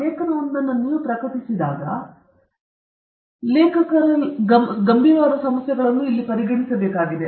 ಲೇಖನವೊಂದನ್ನು ನೀವು ಪ್ರಕಟಿಸಿದಾಗ ವೈಜ್ಞಾನಿಕ ಜರ್ನಲ್ನಲ್ಲಿ ನೀವು ಲೇಖಕರ ಗಂಭೀರವಾದ ಸಮಸ್ಯೆಗಳನ್ನು ಇಲ್ಲಿ ಪರಿಗಣಿಸಬೇಕಾಗಿದೆ